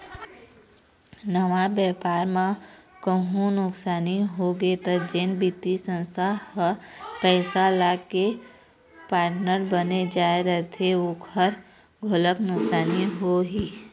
नवा बेपार म कहूँ नुकसानी होगे त जेन बित्तीय संस्था ह पइसा लगाके पार्टनर बन जाय रहिथे ओखर घलोक नुकसानी होही